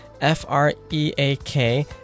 f-r-e-a-k